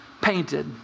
painted